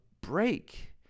break